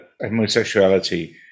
homosexuality